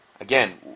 again